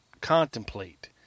contemplate